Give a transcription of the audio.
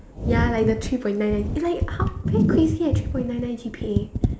ya like the three point nine nine like how very crazy eh three point nine nine G_P_A